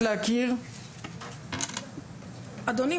אדוני,